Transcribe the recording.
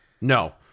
No